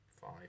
Five